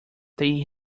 they